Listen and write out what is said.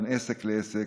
בין עסק לעסק,